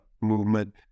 movement